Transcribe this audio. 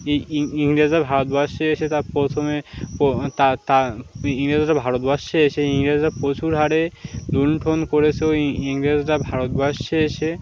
ইংরেজরা ভারতবর্ষে এসে তা প্রথমে তা তা ইংরেজরা ভারতবর্ষে এসে ইংরেজরা প্রচুর হারে লুন্ঠন করেছে ও ইংরেজরা ভারতবর্ষে এসে